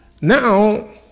Now